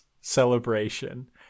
celebration